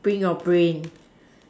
bring your brain